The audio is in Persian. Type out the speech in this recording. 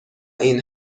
این